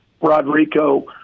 Rodrigo